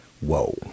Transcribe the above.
Whoa